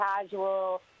casual